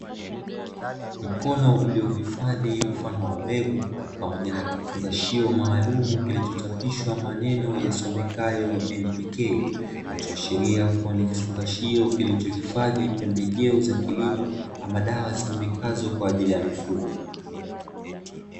Mkono uliohifadhi mfano wa mbegu, pamoja na kifungashio maalumu kilichochapishwa maneno yasomekayo (NPK); kinachoashiria kuwa ni kifungashio kilichohifadhi pembejeo za kilimo ama dawa zitumikazo kwa ajili ya mifugo.